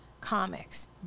comics